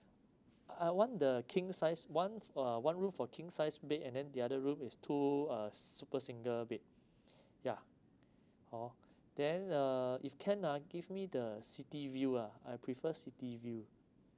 I want the king size one f~ uh one room for king size bed and then the other room is two ah super single bed yeah oh then uh if can ah give me the city view ah I prefer city view